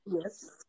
Yes